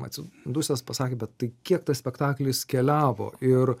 atsidusęs pasakė bet tai kiek tas spektaklis keliavo ir